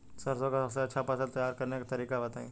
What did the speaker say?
सरसों का सबसे अच्छा फसल तैयार करने का तरीका बताई